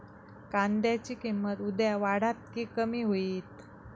कांद्याची किंमत उद्या वाढात की कमी होईत?